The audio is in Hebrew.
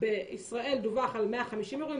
אבל בישראל דווח על 150 אירועים,